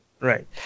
Right